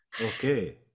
Okay